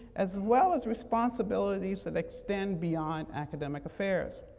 as well as responsibilities that extend beyond academic affairs.